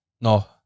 no